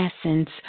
essence